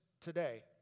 today